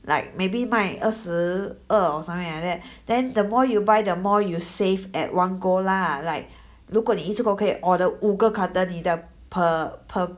like maybe 卖二十二 or something like that then the more you buy the more you save at one go lah like 如果你一次过可以 order 五个 carton 你的 per per